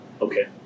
Okay